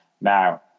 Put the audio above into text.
Now